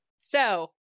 So-